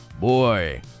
boy